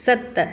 सत